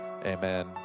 Amen